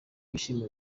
yishimira